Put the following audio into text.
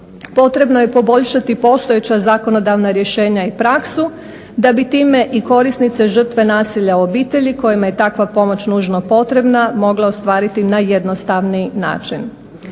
potrebno je poboljšati postojeća zakonodavna rješenja i praksu da bi time i korisnice žrtve nasilja u obitelji kojima je i takva pomoć nužno potrebna mogla ostvariti na jednostavniji način.